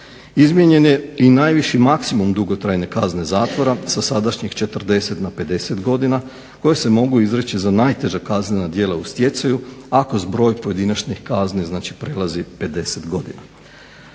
Izmijenjen je i najviši maksimum dugotrajne kazne zatvora sa sadašnjih 40 na 50 godina koje se mogu izreći za najteža kaznena djela u stjecaju ako zbroj pojedinačnih kazni, znači prelazi 50 godina.